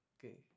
Okay